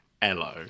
hello